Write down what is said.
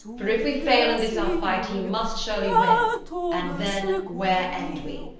for if we fail in this our fight he must surely win and then where end we?